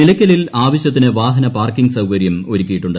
നിലയ്ക്കലിൽ ആവശ്യത്തിന് വാഹന പാർക്കിംഗ് സൌകര്യം ഒരുക്കിയിട്ടുണ്ട്